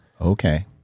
Okay